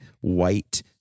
white